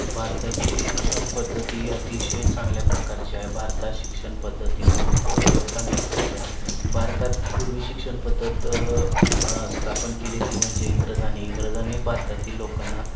भारताची शिक्षण पद्धती अतिशय चांगल्या प्रकारची आहे भारत शिक्षण पद्धत ही खूप चांगल्या प्रकारची आहे भारतात पूर्वी शिक्षण पद्धत स्थापन केली ती म्हणजे इंग्रजानी इंग्रजांनी भारतातील लोकांना